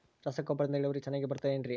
ರಸಗೊಬ್ಬರದಿಂದ ಇಳುವರಿ ಚೆನ್ನಾಗಿ ಬರುತ್ತೆ ಏನ್ರಿ?